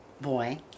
boy